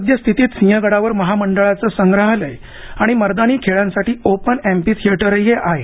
सद्यस्थितीत सिंहगडावर महामंडळाचं संग्रहालय आणि मर्दानी खेळांसाठी ओपन ऍम्पी थिएटरही आहे